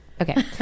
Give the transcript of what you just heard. Okay